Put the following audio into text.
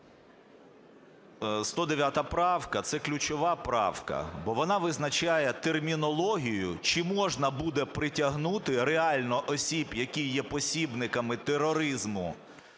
109 правка – це ключова правка, бо вона визначає термінологію, чи можна буде притягнути реально осіб, які є посібниками тероризму,